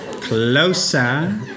Closer